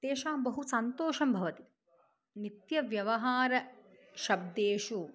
तेषां बहु सन्तोषं भवति नित्यव्यवहारशब्देषु